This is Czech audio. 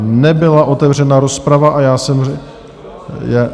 Nebyla otevřena rozprava a já jsem řekl...